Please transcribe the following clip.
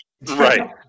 Right